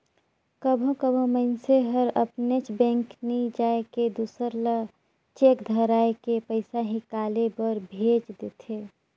कभों कभों मइनसे हर अपनेच बेंक नी जाए के दूसर ल चेक धराए के पइसा हिंकाले बर भेज देथे